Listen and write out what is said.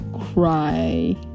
cry